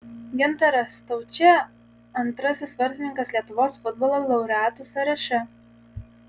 gintaras staučė antrasis vartininkas lietuvos futbolo laureatų sąraše